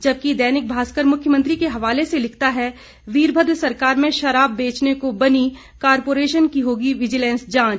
जबकि दैनिक भास्कर मुख्यमंत्री के हवाले से लिखता है वीरमद्र सरकार में शराब बेचने को बनी कॉपोर्रेशन की होगी विजिलेंस जांच